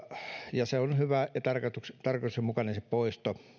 sen poisto on hyvä ja tarkoituksenmukainen